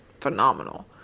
phenomenal